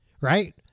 right